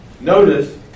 Notice